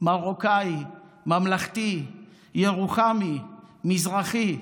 מרוקאי, ממלכתי, ירוחמי, מזרחי.